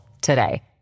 today